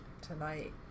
tonight